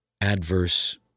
adverse